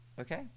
okay